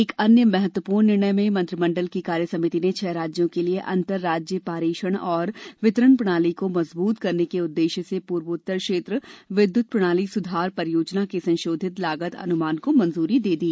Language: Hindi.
एक अन्य महत्वपूर्ण निर्णय में मंत्रिमंडल की कार्यसमिति ने छह राज्यों के लिए अंतर राज्य पारेषण और वितरण प्रणाली को मजबूत करने के उद्देश्य से पूर्वोत्तर क्षेत्र विद्युत प्रणाली सुधार परियोजना के संशोधित लागत अनुमान को मंजूरी दे दी